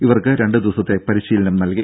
ഇവർക്ക് രണ്ടുദിവസത്തെ പരിശീലനം നൽകി